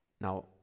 now